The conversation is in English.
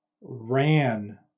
ran